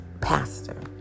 pastor